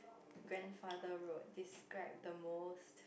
grandfather road describe the most